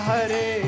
Hare